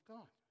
God